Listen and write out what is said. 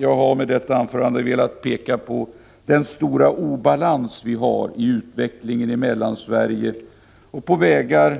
Jag har med detta anförande velat peka på den stora obalans vi har i utvecklingen i Mellansverige, liksom på vägar